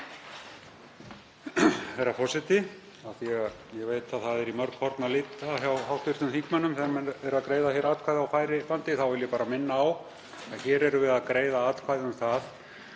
Herra forseti. Af því að ég veit að það er í mörg horn að líta hjá hv. þingmönnum þegar menn eru að greiða atkvæði á færibandi þá vil ég bara minna á að hér erum við að greiða atkvæði um það